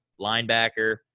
linebacker